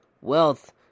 wealth